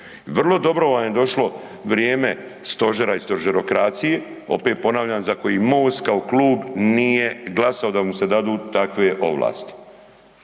vrlo dobro vam je došlo vrijeme stožera i stožerokracije, opet ponavljam, za koji Most kao klub nije glasao da mu se dadu takve ovlasti.